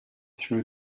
threw